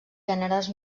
gèneres